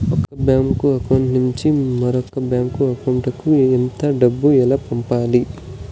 ఒక bank account నుంచి మరొక బ్యాంకు అకౌంట్ కు ఎంత డబ్బు ఎలా పంపాలి